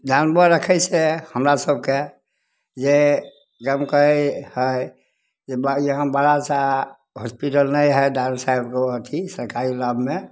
जानबर रखै सऽ हमरा सबके जे जमकै हइ यहाँ बड़ा सा हॉस्पिटल नहि हइ डाक्टर साहेब को ओ अथी सरकारी बलामे